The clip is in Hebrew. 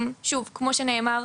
כמו שנאמר,